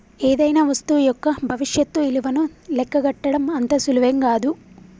ఏదైనా వస్తువు యొక్క భవిష్యత్తు ఇలువను లెక్కగట్టడం అంత సులువేం గాదు